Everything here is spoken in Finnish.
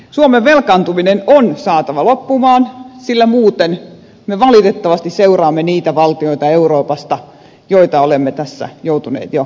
suomen velkaantuminen on saatava loppumaan sillä muuten me valitettavasti seuraamme euroopassa niitä valtioita joita olemme tässä joutuneet jo avustamaan